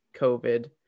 COVID